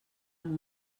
amb